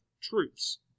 truths